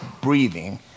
breathing